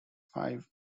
fife